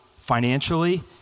financially